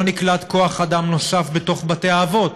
לא נקלט כוח אדם נוסף בתוך בתי-האבות.